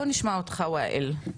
בוא נשמע אותך, ואאיל.